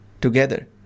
together